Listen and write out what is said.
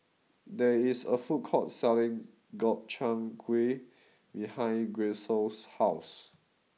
there is a food court selling Gobchang Gui behind Grisel's house